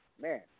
Man